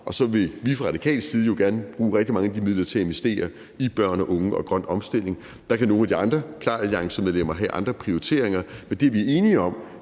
Og så vil vi fra Radikales side jo gerne bruge rigtig mange af de midler til at investere i børn og unge og grøn omstilling. Der kan nogle af de andre medlemmer af KLAR-alliancen have andre prioriteringer, men det, vi er enige om,